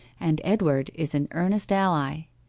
and edward is an earnest ally.